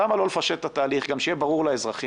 למה לא לפשט את התהליך גם שיהיה ברור לאזרחים?